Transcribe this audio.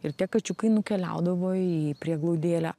ir tie kačiukai nukeliaudavo į prieglaudėlę